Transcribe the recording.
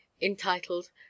entitled